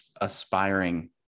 aspiring